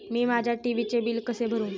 मी माझ्या टी.व्ही चे बिल कसे भरू?